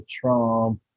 trump